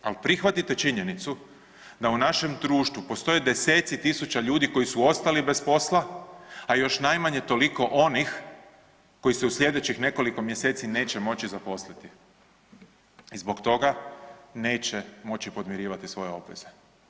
Al prihvatite činjenicu da u našem društvu postoje deseci tisuća ljudi koji su ostali bez posla, a još najmanje toliko onih koji se u slijedećih nekoliko mjeseci neće moći zaposliti i zbog toga neće moći podmirivati svoje obveze.